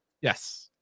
Yes